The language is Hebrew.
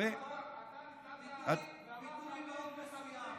אם הוא ישתמש באיזשהו ביטוי הוא באמת לא ישב בוועדה.